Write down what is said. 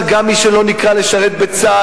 גם של מי שלא נקרא לשרת בצה"ל,